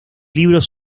libros